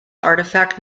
artifact